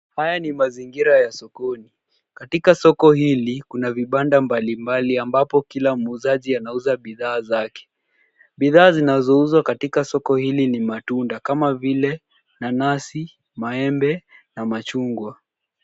Haya ni mazingira ya sokoni, katika soko hili kuna vibanda mbalimbali ambapo kila muuzaji anauza bidhaa zake. Bidhaa zinazouzwa katika soko hili ni matunda kama vile: nanasi, maembe na machungwa.